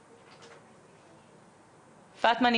פאטמה.